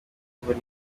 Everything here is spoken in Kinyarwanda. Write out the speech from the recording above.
mvura